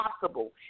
possible